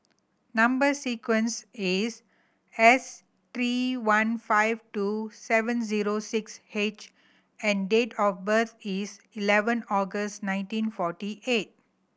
number sequence is S three one five two seven zero six H and date of birth is eleven August nineteen forty eight